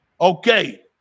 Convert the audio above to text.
Okay